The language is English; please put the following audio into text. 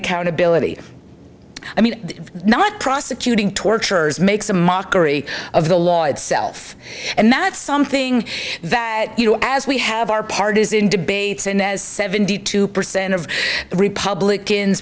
accountability i mean not prosecuting torturers makes a mockery three of the law itself and that's something that you know as we have our part is in debates and as seventy two percent of republicans